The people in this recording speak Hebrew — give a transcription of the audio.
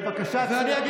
בבקשה צאי החוצה.